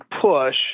push